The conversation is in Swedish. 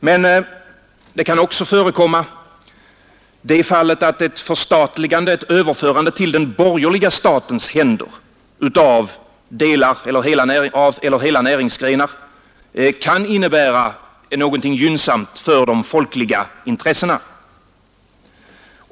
Men det kan också förekomma att ett överförande i den borgerliga statens händer av delar av eller hela näringsgrenar innebär någonting gynnsamt för de folkliga intressena.